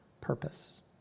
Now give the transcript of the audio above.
Purpose